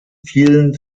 fielen